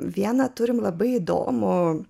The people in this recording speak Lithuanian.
vieną turime labai įdomu man